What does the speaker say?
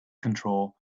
control